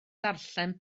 darllen